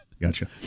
Gotcha